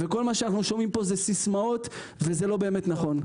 כל מה שאנחנו שומעים פה זה סיסמאות וזה לא באמת נכון.